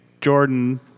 Jordan